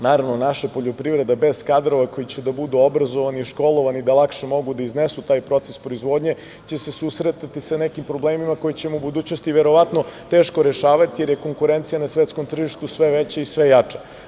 Naravno, naša poljoprivreda, bez kadrova koji će da budu obrazovani i školovani da lakše mogu da iznesu taj proces proizvodnje, će se susretati sa nekim problemima koje ćemo u budućnosti verovatno teško rešavati, jer je konkurencija na svetskom tržištu sve veća i sve jača.